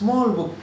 small book